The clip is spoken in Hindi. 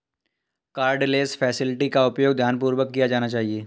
कार्डलेस फैसिलिटी का उपयोग ध्यानपूर्वक किया जाना चाहिए